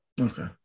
Okay